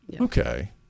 Okay